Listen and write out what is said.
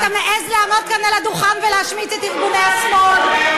ואתה מעז לעמוד כאן על הדוכן ולהשמיץ את ארגוני השמאל?